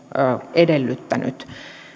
edellyttänyt